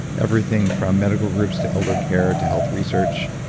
everything from medical groups to elder care to health research,